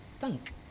Thank